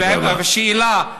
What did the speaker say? השאלה,